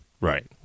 Right